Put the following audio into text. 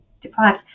deprived